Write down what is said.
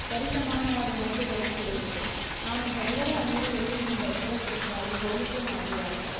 ಸರಿಸಮಾನವಾದ ಮೊತ್ತದಲ್ಲಿ ಸಿಗುತ್ತದೆ ನಾನು ಹೊರಗಡೆ ಅಂಗಡಿಯಲ್ಲಿ ಈ ಬಟ್ಟೆಯ ಕುರಿತಾಗಿ ಹೋಲಿಕೆ ಮಾಡಿದಾಗ